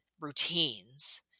routines